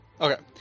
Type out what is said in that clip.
Okay